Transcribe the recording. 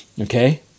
okay